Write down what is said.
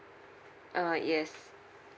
uh yes